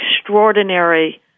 extraordinary